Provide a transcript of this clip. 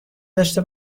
داشته